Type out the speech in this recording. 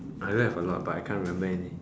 I don't have a lot but I can't remember anything